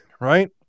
right